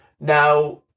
Now